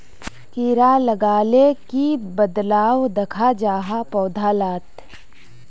कीड़ा लगाले की बदलाव दखा जहा पौधा लात?